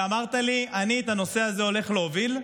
ואמרת לי: אני את הנושא הזה הולך להוביל.